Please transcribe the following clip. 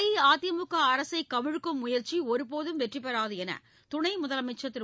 அஇஅதிமுக அரசை கவிழ்க்கும் முயற்சி ஒருபோதும் வெற்றி பெறாது என்று துணை முதலமைச்சர் திரு